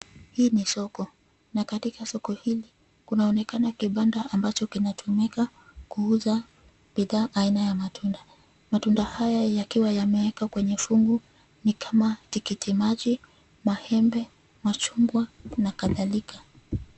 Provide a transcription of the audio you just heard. Hii ni soko na katika soko hili kunaonekana kibanda ambacho kinatumika kuuza bidhaa aina ya matunda. Matunda haya yakiwa yameekwa kwenye fungu ni kama tikiti maji, maembe, machungwa na kadhalika.